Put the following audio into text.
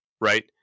right